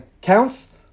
counts